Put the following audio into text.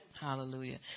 hallelujah